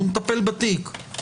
הוא מטפל בתיק.